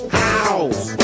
house